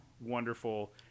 wonderful